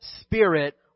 Spirit